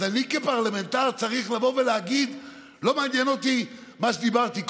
אז אני כפרלמנטר צריך לבוא ולהגיד: לא מעניין אותי מה שדיברתי קודם,